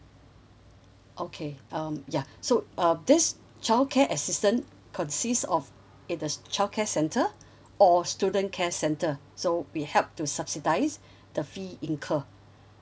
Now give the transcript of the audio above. okay um ya so uh this childcare assistance consist of either childcare center or student care center so we help to subsidize the fee incur